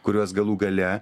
kuriuos galų gale